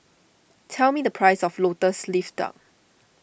tell me the price of Lotus Leaf Duck